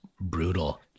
brutal